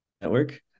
network